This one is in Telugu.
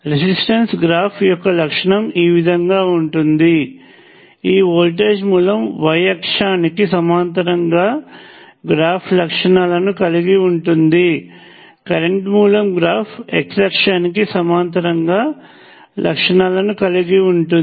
రెసిస్టెన్స్ గ్రాఫ్ యొక్క లక్షణం ఈ విధంగా ఉంటుంది ఈ వోల్టేజ్ మూలం y అక్షానికి సమాంతరంగా గ్రాఫ్ లక్షణాలను కలిగి ఉంటుంది కరెంట్ మూలం గ్రాఫ్ x అక్షానికి సమాంతరంగా లక్షణాలను కలిగి ఉంటుంది